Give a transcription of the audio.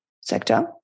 sector